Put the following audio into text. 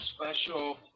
special